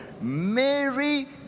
Mary